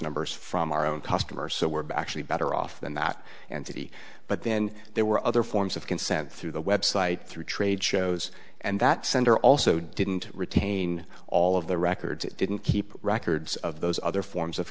numbers from our own customers so we're back to a better off than that and city but then there were other forms of consent through the website through trade shows and that sender also didn't retain all of the records it didn't keep records of those other forms of